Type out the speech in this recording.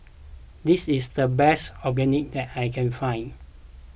this is the best Onigiri that I can find